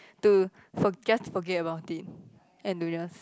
to for just to forget about it and to just